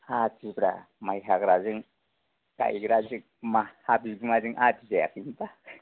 आदिब्रा माइ हाग्राजों गायग्राजों हा बिगुमाजों आदि जायाखै होनबा